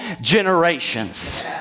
generations